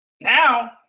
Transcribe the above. now